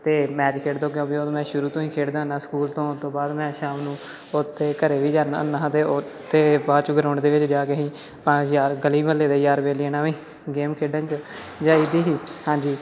ਅਤੇ ਮੈਚ ਖੇਡ ਕਿਉਂਕਿ ਮੈਂ ਸ਼ੁਰੂ ਤੋਂ ਹੀ ਖੇਡਦਾ ਹੁੰਦਾ ਸਕੂਲ ਤੋਂ ਆਉਣ ਤੋਂ ਬਾਅਦ ਮੈਂ ਸ਼ਾਮ ਨੂੰ ਉੱਥੇ ਘਰ ਵੀ ਜਾਂਦਾ ਹੁੰਦਾ ਹਾਂ ਅਤੇ ਉੱਥੇ ਬਾਅਦ 'ਚੋਂ ਗਰੋਂਡ ਦੇ ਵਿੱਚ ਜਾ ਕੇ ਅਸੀਂ ਪੰਜ ਯਾਰ ਗਲੀ ਮਹੱਲੇ ਦੇ ਯਾਰ ਵੇਲੀਆਂ ਨਾਲ ਵੀ ਗੇਮ ਖੇਡਣ 'ਚ ਜਾਈ ਦੀ ਸੀ ਹਾਂਜੀ